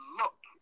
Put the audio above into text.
look